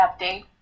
update